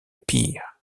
pear